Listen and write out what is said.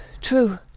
true